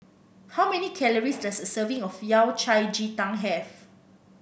how many calories does a serving of Yao Cai Ji Tang have